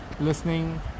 listening